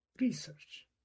research